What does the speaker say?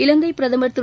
இலங்கைப் பிரதமர் திரு